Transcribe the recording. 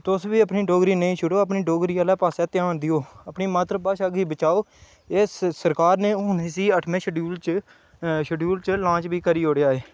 तुस बी अपनी डोगरी नेईं छोड़ो अपने डोगरी आह्ले पास्सै ध्यान देओ अपनी मात्तर भाशा गी बचाओ एह् सरकार ने हुन इसी अठमें शड्यूल च शड्यूल च लांच बी करी ओड़ेआ ऐ